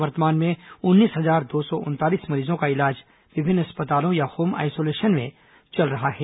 वर्तमान में उन्नीस हजार दो सौ उनतालीस मरीजों का इलाज विभिन्न अस्पतालों या होम आइसोलेशन में चल रहा है